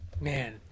man